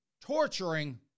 torturing